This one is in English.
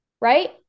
right